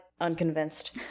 unconvinced